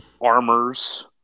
armors